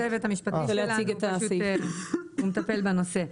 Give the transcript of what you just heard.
הוא יציג את הסעיף כי הוא מטפל בנושא.